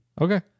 Okay